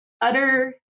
utter